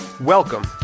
Welcome